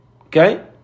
Okay